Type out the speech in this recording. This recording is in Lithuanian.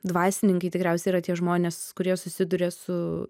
dvasininkai tikriausiai yra tie žmonės kurie susiduria su